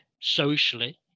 socially